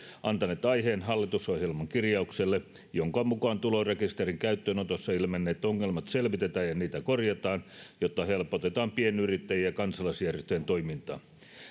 antaneet aiheen hallitusohjelman kirjaukselle jonka mukaan tulorekisterin käyttöönotossa ilmenneet ongelmat selvitetään ja niitä korjataan jotta helpotetaan pienyrittäjien ja kansalaisjärjestöjen toimintaa